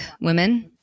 women